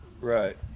Right